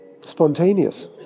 spontaneous